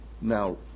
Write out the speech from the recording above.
Now